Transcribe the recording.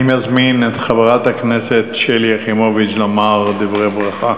אני מזמין את חברת הכנסת שלי יחימוביץ לומר דברי ברכה,